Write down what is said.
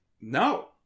no